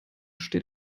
steht